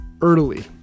early